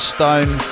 Stone